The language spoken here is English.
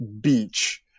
beach